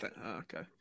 Okay